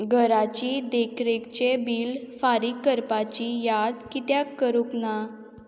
घराची देखरेकचें बील फारीक करपाची याद कित्याक करूंक ना